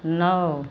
नौ